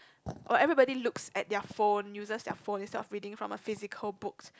everybody look at their phone uses their phone instead of reading from the physical book